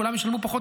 כולם ישלמו פחות,